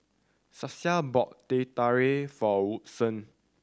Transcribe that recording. Stasia bought Teh Tarik for Woodson